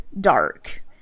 dark